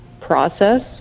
process